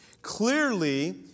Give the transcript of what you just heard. Clearly